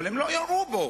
אבל הם לא ירו בו,